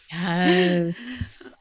Yes